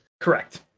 Correct